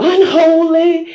Unholy